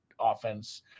offense